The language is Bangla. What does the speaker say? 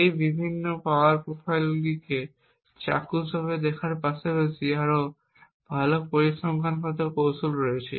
এই বিভিন্ন পাওয়ার প্রোফাইলগুলিকে চাক্ষুষভাবে দেখার পাশাপাশি আরও ভাল পরিসংখ্যানগত কৌশল রয়েছে